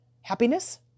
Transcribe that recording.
Happiness